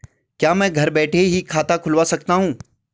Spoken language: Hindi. क्या मैं घर बैठे ही खाता खुलवा सकता हूँ?